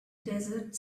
desert